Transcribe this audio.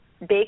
big